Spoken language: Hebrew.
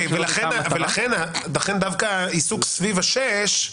לכן דווקא היעסוק סביב ששת